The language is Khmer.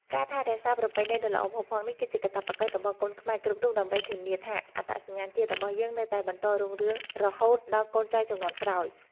ការថែរក្សាប្រពៃណីដ៏ល្អផូរផង់នេះគឺជាកាតព្វកិច្ចរបស់កូនខ្មែរគ្រប់រូបដើម្បីធានាថាអត្តសញ្ញាណជាតិរបស់យើងនៅតែបន្តរុងរឿងរហូតដល់កូនចៅជំនាន់ក្រោយ។